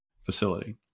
facility